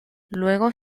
luego